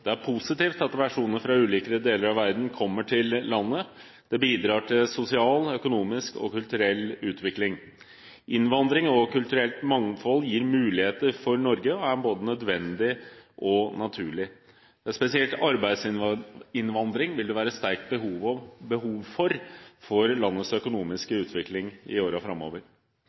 Det er positivt at personer fra ulike deler av verden kommer til landet, det bidrar til sosial, økonomisk og kulturell utvikling. Innvandring og kulturelt mangfold gir muligheter for Norge, og er både nødvendig og naturlig. Spesielt arbeidsinnvandring vil det være sterkt behov for for landets økonomiske utvikling for årene framover.